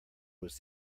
was